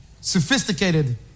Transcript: sophisticated